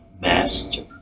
master